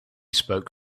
spoke